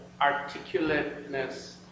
articulateness